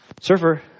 surfer